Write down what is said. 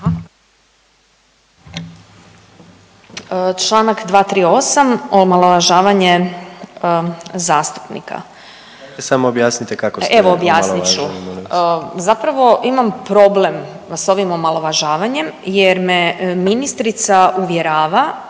kako ste omalovaženi molim vas./… Evo objasnit ću. Zapravo imam problem sa ovim omalovažavanjem jer me ministrica uvjerava